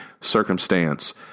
Circumstance